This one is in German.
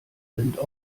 rind